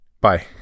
Bye